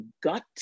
gut